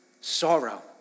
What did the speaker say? sorrow